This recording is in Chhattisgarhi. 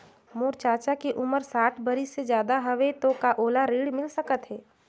मोर चाचा के उमर साठ बरिस से ज्यादा हवे तो का ओला ऋण मिल सकत हे?